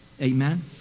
Amen